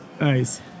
Nice